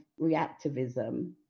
reactivism